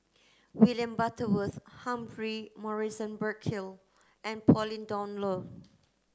William Butterworth Humphrey Morrison Burkill and Pauline Dawn Loh